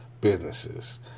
businesses